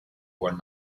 were